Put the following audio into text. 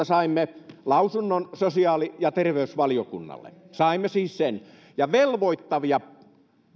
saimme lausunnon sosiaali ja terveysvaliokunnalle saimme siis sen ja velvoittavia